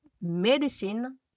medicine